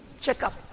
checkup